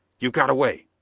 you got away?